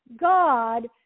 God